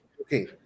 Okay